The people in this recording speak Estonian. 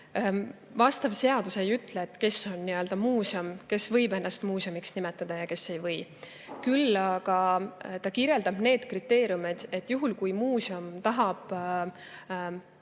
Vastav seadus ei ütle, kes on muuseum: kes võib ennast muuseumiks nimetada ja kes ei või. Küll aga see kirjeldab ära need kriteeriumid, mille alusel, juhul kui muuseum tahab